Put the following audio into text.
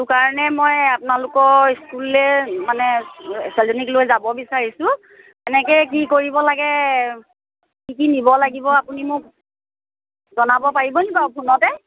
সেইটো কাৰণে মই আপোনালোকৰ স্কুললৈ মানে ছোৱালীজনীক লৈ যাব বিচাৰিছোঁ কেনেকৈ কি কৰিব লাগে কি কি নিব লাগিব আপুনি মোক জনাব পাৰিবনি বাৰু ফোনতে